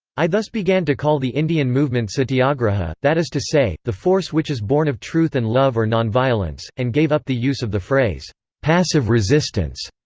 i thus began to call the indian movement satyagraha, that is to say, the force which is born of truth and love or nonviolence, and gave up the use of the phrase passive resistance,